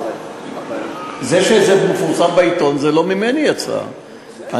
זה שזה מפורסם בעיתון, זה לא יצא ממני.